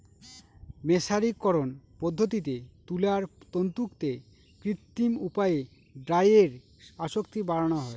মের্সারিকরন পদ্ধতিতে তুলার তন্তুতে কৃত্রিম উপায়ে ডাইয়ের আসক্তি বাড়ানো হয়